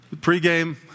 Pre-game